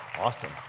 Awesome